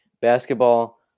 basketball